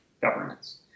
governments